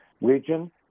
region